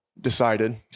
decided